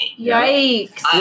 Yikes